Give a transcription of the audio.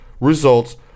results